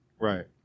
Right